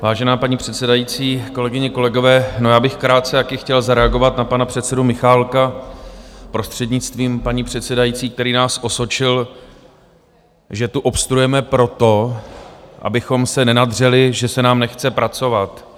Vážená paní předsedající, kolegyně, kolegové, já bych krátce také chtěl zareagovat na pana předsedu Michálka, prostřednictvím paní předsedající, který nás osočil, že tu obstruujeme proto, abychom se nenadřeli, že se nám nechce pracovat.